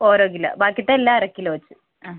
ഓരോ കിലോ ബാക്കിത്തെല്ലാ അര കിലോ വെച്ച് ആ